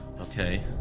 Okay